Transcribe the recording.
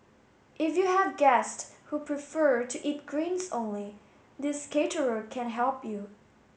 if you have guest who prefer to eat greens only this caterer can help you